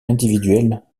individuel